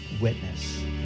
witness